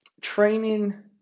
Training